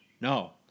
no